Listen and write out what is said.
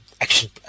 action